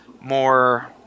more